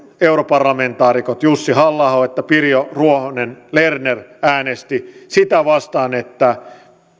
europarlamentaarikot sekä jussi halla aho että pirkko ruohonen lerner äänestivät sitä vastaan että